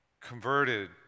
converted